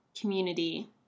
community